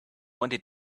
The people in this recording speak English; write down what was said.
wanted